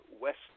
West